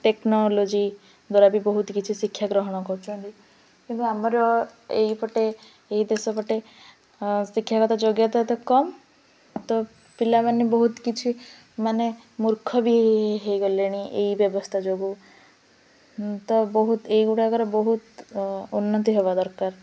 technology ଦ୍ୱାରା ବି ବହୁତ କିଛି ଶିକ୍ଷା ଗ୍ରହଣ କରୁଛନ୍ତି କିନ୍ତୁ ଆମର ଏଇପଟେ ଏହି ଦେଶପଟେ ଶିକ୍ଷାଗତ ଯୋଗ୍ୟତା ତ କମ୍ ତ ପିଲାମାନେ ବହୁତ କିଛି ମାନେ ମୂର୍ଖ ବି ହୋଇଗଲେଣି ଏଇ ବ୍ୟବସ୍ଥା ଯୋଗୁଁ ତ ବହୁତ ଏଇଗୁଡ଼ାକର ବହୁତ ଉନ୍ନତି ହେବା ଦରକାର